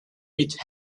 mit